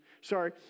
Sorry